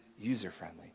user-friendly